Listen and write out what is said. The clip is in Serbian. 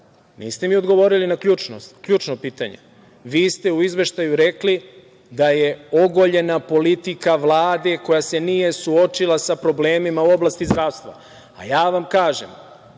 niste mi odgovorili na ključno pitanje. Vi ste u izveštaju rekli da je ogoljena politika Vlade koja se nije suočila sa problemima u oblasti zdravstva, a ja vam kažem